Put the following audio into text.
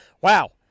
wow